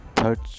Third